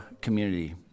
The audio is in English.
community